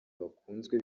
bakunzwe